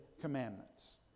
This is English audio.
Commandments